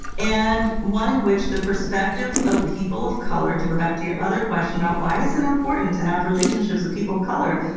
and one in which the perspectives of people of color, to go back to your other question about why is it and important to have relationships with people of color,